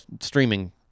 streaming